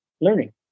learning